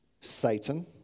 Satan